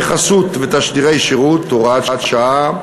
חסות ותשדירי שירות) (הוראת שעה),